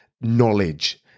knowledge